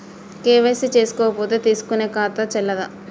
KYC చేసుకోకపోతే తీసుకునే ఖాతా చెల్లదా?